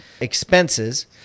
expenses